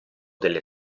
delle